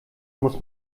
muss